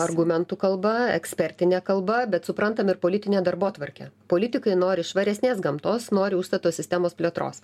argumentų kalba ekspertine kalba bet suprantam ir politinę darbotvarkę politikai nori švaresnės gamtos nori užstato sistemos plėtros